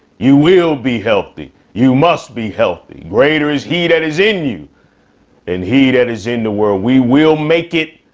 you will be healthy. you must be healthy. greater is he that is in you and he that is in the world. we will make it.